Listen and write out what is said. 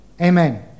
Amen